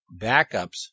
backups